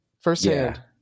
firsthand